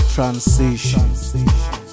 Transition